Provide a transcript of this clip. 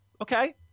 Okay